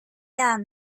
ama